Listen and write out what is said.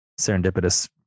serendipitous